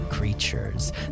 creatures